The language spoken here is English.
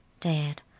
Dad